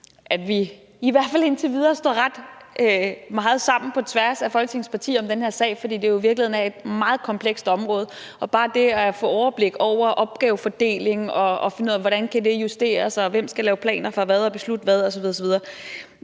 at vi i hvert fald indtil videre står ret meget sammen på tværs af Folketingets partier om den her sag. For det er jo i virkeligheden et meget komplekst område, og bare det at få overblik over opgavefordelingen og finde ud af, hvordan det kan justeres, hvem der skal lave planer for hvad og beslutte hvad osv. osv.,